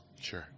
Sure